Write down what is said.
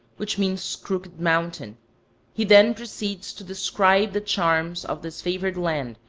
which means crooked mountain he then proceeds to describe the charms of this favored land,